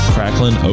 Cracklin